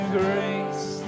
grace